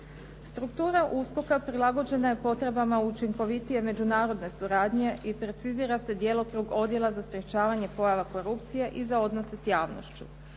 Struktura USKOK-a prilagođena je potrebama učinkovitije međunarodne suradnje i precizira se djelokrug Odjela za sprječavanje pojava korupcije i za odnose s javnošću.